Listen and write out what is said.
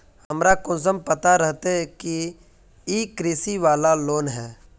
हमरा कुंसम पता रहते की इ कृषि वाला लोन है?